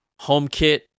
HomeKit